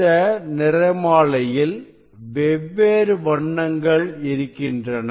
இந்த நிற மாலையில் வெவ்வேறு வண்ணங்கள் இருக்கின்றன